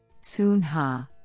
Soon-Ha